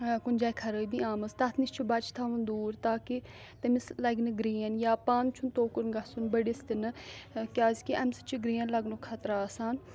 کُنہِ جایہِ خرٲبی آمٕژ تَتھ نِش چھُ بَچہِ تھاوُن دوٗر تاکہِ تٔمِس لَگہِ نہٕ گرٛیٖن یا پانہٕ چھُنہٕ توکُن گژھُن بٔڑِس تِنہٕ کیازِِکہِ امہِ سۭتۍ چھُ گرٛین لَگنُک خطرٕ آسان